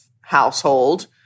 household